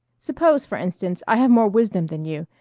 suppose, for instance, i have more wisdom than you,